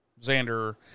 Xander